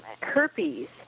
herpes